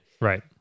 right